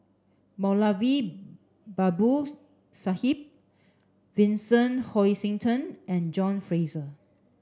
Moulavi Babu Sahib Vincent Hoisington and John Fraser